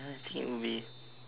ya I think it would be